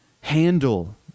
handle